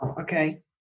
Okay